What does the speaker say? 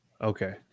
Okay